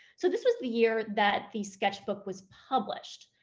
so this was the year that the sketchbook was published.